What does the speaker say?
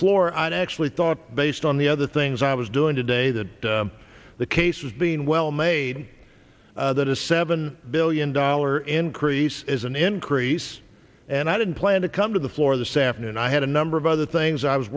floor i actually thought based on the other things i was doing today that the case has been well made that a seven billion dollar increase is an increase and i didn't plan to come to the floor this afternoon i had a number of other things i was